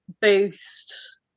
boost